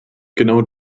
genau